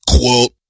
Quote